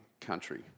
country